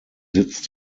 sitz